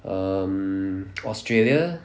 um australia